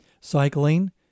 cycling